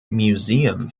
museum